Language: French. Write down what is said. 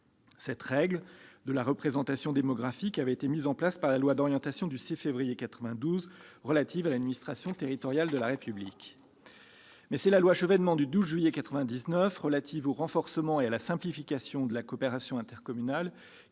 Cette règle de la représentation démographique avait été mise en place par la loi d'orientation du 6 février 1992 relative à l'administration territoriale de la République, mais c'est la loi Chevènement du 12 juillet 1999 relative au renforcement et à la simplification de la coopération intercommunale